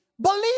believe